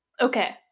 Okay